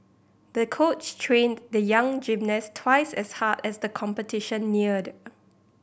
the coach trained the young gymnast twice as hard as the competition neared